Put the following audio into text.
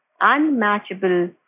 unmatchable